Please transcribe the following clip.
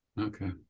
Okay